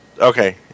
Okay